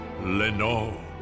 Lenore